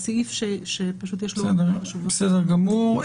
בסדר גמור.